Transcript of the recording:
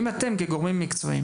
אם הגורמים המקצועיים